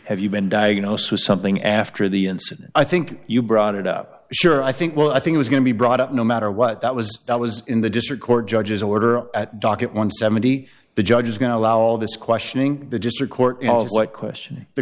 have you been diagnosed with something after the incident i think you brought it up sure i think well i think it's going to be brought up no matter what that was that was in the district court judge's order at docket one hundred and seventy dollars the judge is going to allow all this questioning the district court was like question the